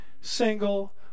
single